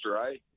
right